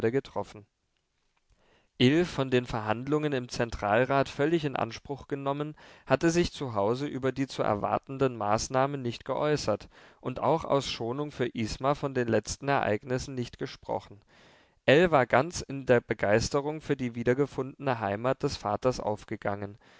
getroffen ill von den verhandlungen im zentralrat völlig in anspruch genommen hatte sich zu hause über die zu erwartenden maßnahmen nicht geäußert und auch aus schonung für isma von den letzten ereignissen nicht gesprochen ell war ganz in der begeisterung für die wiedergefundene heimat des vaters aufgegangen